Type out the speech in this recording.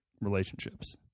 relationships